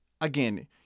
again